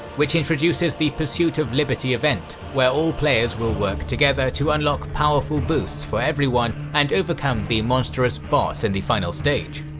which introduces the pursuit of liberty event, where all players will work together to unlock powerful boosts for everyone and overcome the monstrous boss in and the final stage!